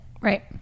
Right